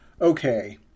Okay